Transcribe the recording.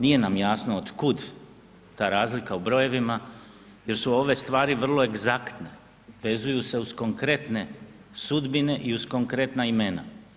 Nije nam jasno otkud ta razlika u brojevima jer su ove stvari vrlo egzaktne, vezuju se uz konkretne sudbine i uz konkretna imena.